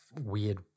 weird